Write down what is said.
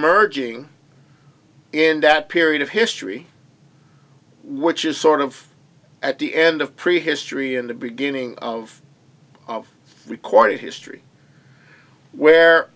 emerging in that period of history which is sort of at the end of prehistory and the beginning of recorded history where